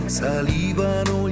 salivano